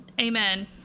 Amen